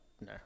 No